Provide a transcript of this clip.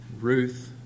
Ruth